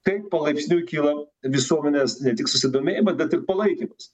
kaip palaipsniui kilo visuomenės ne tik susidomėjimas bet tik palaikymas